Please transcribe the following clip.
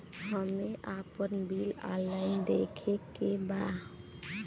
हमे आपन bill online देखे के बा?